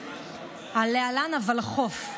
הוולחו"ף,